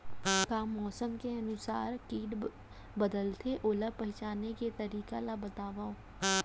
का मौसम के अनुसार किट बदलथे, ओला पहिचाने के तरीका ला बतावव?